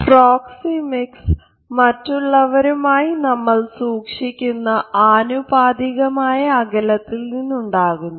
proxemics മറ്റുള്ളവരുമായി നമ്മൾ സൂക്ഷിക്കുന്ന ആനുപാതികമായ അകലത്തിൽ നിന്നുണ്ടാകുന്നു